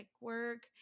work